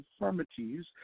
infirmities